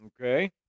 Okay